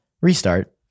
Restart